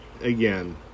again